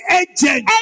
agent